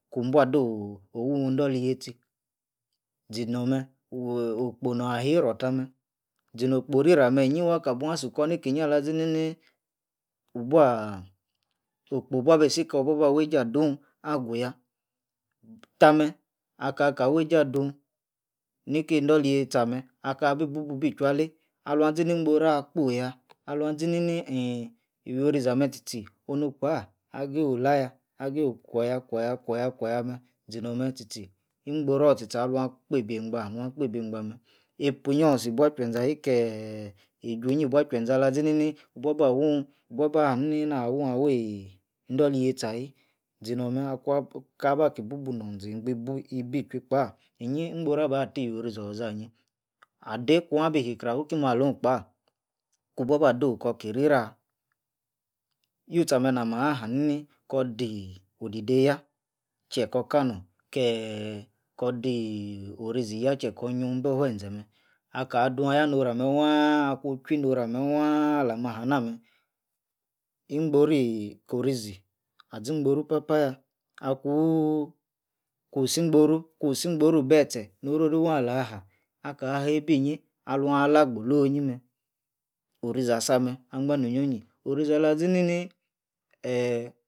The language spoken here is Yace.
Kun bua doo'h, owuwi indoli-hiel-tchi, zinor meh bu okpo na-yi ror tah meh, zinoh okpo rinor ah meh inyi wuah kabuah suh-kkor nikinyi alah zinini wubuaah okpo bua bisi kor-buaba weijei adun agu yah, tah-meh, akaka weijei adun, niki indoli yei-tchi ah-meh, kabi bubu ibichwuii alei, duanzini ingboor akpo yah aluan zinini inhh iwuiorizi ah-meh tchi tchi onu-kpah, ageyi olayah, ageyi okwor yah kwor yah, kwor-yah kowr yah meh, zinor- meh, tchi-tchi, ingboror tchi-tchi aluan kpeibi eingba nuan kpeibi eingba meh, eipuah inyio sor-sor ibua juazen ahi keeh iju- inyi ibuah juenze alazinini ibuaba wunh ibuaba nini nah wunh awi indoli-yeir tchi ahi, zinor meh akuan, kabaki bubu-none-zeigba ibi chwui-kpah, inyi ingboru abah ti-iwiorizi oloza anyi, adei kuanbi hikreh awi ki malone kpah, kun bua ba dei okor ki rirah. Youtchi ah-meh namah hanini kor-dii odidei tah chei kor kalorn keeeh, kor dii orizi yah chie yunh bor fuenze meh aka dun ah-yah norami wwaaanh, akun chwui norameh waaah alama hanameh, akun chwui norameh waaah alama hanameh, ingbori korizi, azi-ingboru papayah akuuuh, kunsi ingboruh, kunso-ingboru ibeh tseh, orori waah alaha, aka heibi inyi, aluan la, gbolo-onyi meh, orizi asameh angba no-onyio-nyi orizi-nyi, orizi alazini ni eeh.